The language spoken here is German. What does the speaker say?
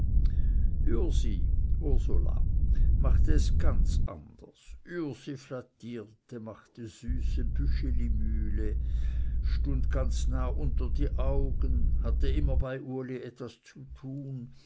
ürsi machte es ganz anders ürsi flattierte machte süße büschelimüli stund ganz nahe unter die augen hatte immer bei uli was zu tun